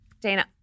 Dana